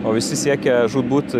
o visi siekia žūtbūt